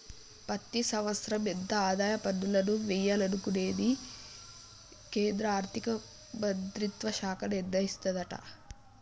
ప్రతి సంవత్సరం ఎంత ఆదాయ పన్నులను వియ్యాలనుకునేది కేంద్రా ఆర్థిక మంత్రిత్వ శాఖ నిర్ణయిస్తదట